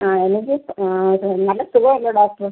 ആ എന്നിട്ട് ആ ഇത് നല്ല സുഖം ഇല്ല ഡോക്ടർ